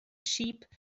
sheep